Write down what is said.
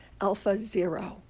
AlphaZero